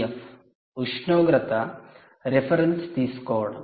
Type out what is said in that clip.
F ఉష్ణోగ్రత reference తీసుకోవడం